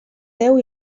déu